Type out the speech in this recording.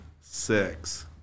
six